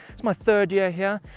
it's my third year here.